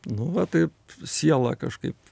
nu va taip siela kažkaip